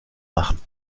machen